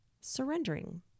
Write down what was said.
surrendering